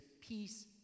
peace